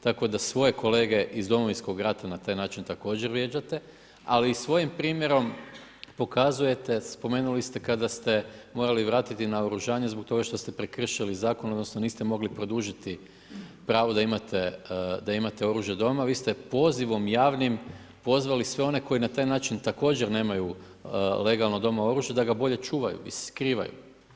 Tako da svoje kolege iz Domovinskog rata na taj način također vrijeđate, ali i svojim primjerom pokazujete, spomenuli ste kad ste morali vratiti naoružanje zbog toga što ste prekršili zakona, odnosno niste mogli produžiti pravo da imate oružje doma, vi ste pozivom javnim pozvali sve one koji na taj način također nemaju legalno doma oružje da ga bolje čuvaju i skrivaju.